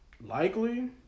Likely